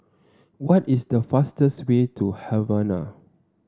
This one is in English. what is the fastest way to Havana